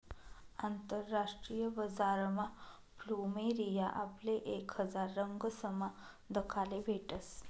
आंतरराष्ट्रीय बजारमा फ्लुमेरिया आपले एक हजार रंगसमा दखाले भेटस